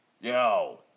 Yo